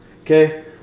Okay